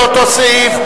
לאותו סעיף,